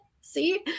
see